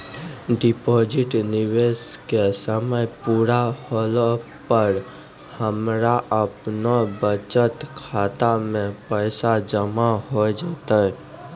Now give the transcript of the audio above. Deposit निवेश के समय पूरा होला पर हमरा आपनौ बचत खाता मे पैसा जमा होय जैतै?